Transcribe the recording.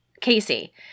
Casey